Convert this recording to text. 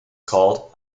called